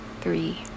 three